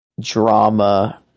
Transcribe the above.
drama